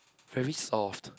very soft